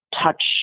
touch